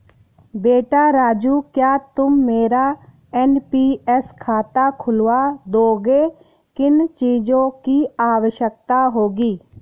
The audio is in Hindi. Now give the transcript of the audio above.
बेटा राजू क्या तुम मेरा एन.पी.एस खाता खुलवा दोगे, किन चीजों की आवश्यकता होगी?